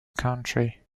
country